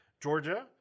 Georgia